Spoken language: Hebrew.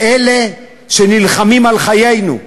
אלה שנלחמים על חיינו.